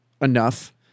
enough